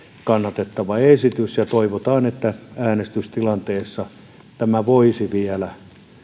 kannatettava esitys ja toivotaan että äänestystilanteessa tämä voisi vielä